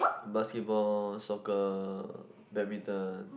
basketball soccer badminton